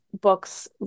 books